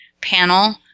panel